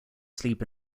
sleep